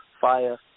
fire